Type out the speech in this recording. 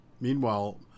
meanwhile